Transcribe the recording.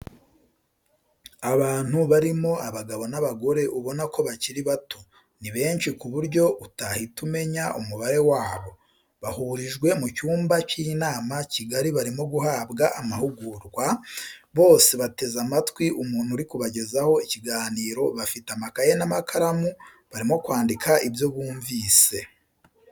Abantu barimo abagabo n'abagore ubona ko bakiri bato, ni benshi ku buryo utahita umenya umubare wabo, bahurijwe mu cyumba cy'inama kigari barimo guhabwa amahugurwa, bose bateze amatwi umuntu uri kubagezaho ikiganiro bafite amakaye n'amakaramu barimo kwandika ibyo bumvise.